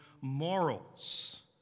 morals